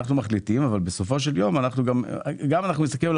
אנחנו מחליטים אבל בסופו של יום גם אם נסתכל על